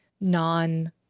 non